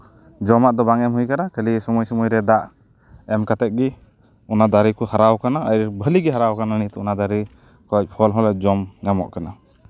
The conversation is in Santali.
ᱡᱚᱢᱟᱜ ᱫᱚ ᱵᱟᱝ ᱮᱢ ᱦᱩᱭ ᱠᱟᱱᱟ ᱠᱷᱟᱹᱞᱤ ᱥᱚᱢᱚᱭ ᱥᱚᱢᱚᱭ ᱨᱮ ᱫᱟᱜ ᱮᱢ ᱠᱟᱛᱮᱜ ᱜᱮ ᱚᱱᱟ ᱫᱟᱨᱮ ᱠᱚ ᱦᱟᱨᱟᱣ ᱠᱟᱱᱟ ᱵᱷᱟᱹᱞᱤ ᱜᱮ ᱦᱟᱨᱟᱣ ᱠᱟᱱᱟ ᱱᱤᱛ ᱚᱱᱟ ᱫᱟᱨᱮ ᱠᱷᱚᱱ ᱯᱷᱚᱞ ᱦᱚᱸ ᱡᱚᱢ ᱧᱟᱢᱚᱜ ᱠᱟᱱᱟ